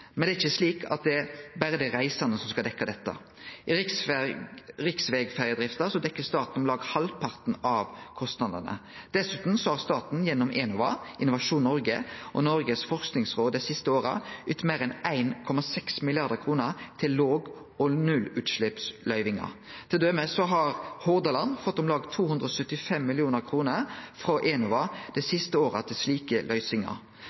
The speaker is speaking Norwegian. men det er ikkje slik at det er berre dei reisande som skal dekkje dette. I riksvegferjedrifta dekkjer staten om lag halvparten av kostnadene. Dessutan har staten gjennom Enova, Innovasjon Noreg og Noregs forskingsråd dei siste åra ytt meir enn 1,6 mrd. kr til låg- og nullutsleppsløyvingar. Til dømes har Hordaland fått om lag 275 mill. kr frå Enova dei siste åra til slike løysingar.